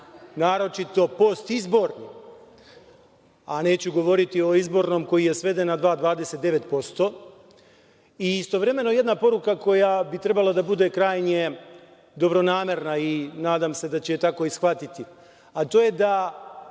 naročito postizbornim, a neću govoriti o izborom koji je sveden na 2,29%.Istovremeno jedna poruka, koja bi trebala da bude krajnje dobronamerna i nadam se da će je tako i shvatiti, a to je